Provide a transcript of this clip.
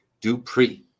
Dupree